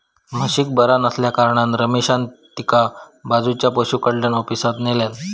म्हशीक बरा नसल्याकारणान रमेशान तिका बाजूच्या पशुकल्याण ऑफिसात न्हेल्यान